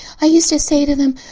i used to say to them,